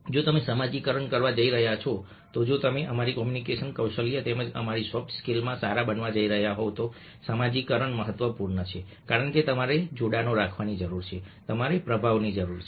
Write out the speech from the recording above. જો તમે સમાજીકરણ કરવા જઈ રહ્યા છો જો તમે અમારી કોમ્યુનિકેશન કૌશલ્ય તેમજ અમારી સોફ્ટ સ્કિલ્સમાં સારા બનવા જઈ રહ્યા હોવ તો સામાજિકકરણ મહત્વપૂર્ણ છે કારણ કે તમારે જોડાણો રાખવાની જરૂર છે તમારે પ્રભાવની જરૂર છે